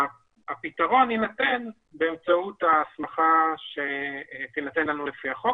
הפתרון יינתן באמצעות ההסמכה שתיתן לנו לפי החוק,